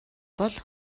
бол